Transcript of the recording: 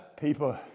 People